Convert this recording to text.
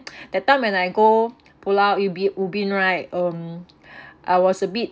that time when I go pulau ubin ubin right um I was a bit